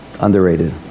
Underrated